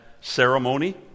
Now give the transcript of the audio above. ceremony